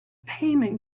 payment